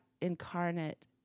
incarnate